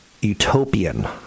utopian